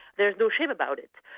there's no shame about it.